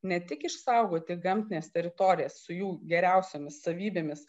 ne tik išsaugoti gamtines teritorijas su jų geriausiomis savybėmis